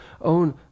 own